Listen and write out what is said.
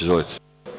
Izvolite.